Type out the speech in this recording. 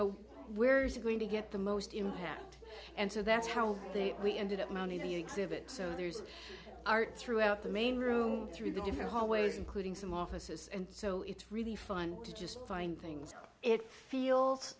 know where it's going to get the most impact and so that's how we ended up mounting the exhibit so there's art throughout the main room three different hallways including some offices so it's really fun to just find things it feels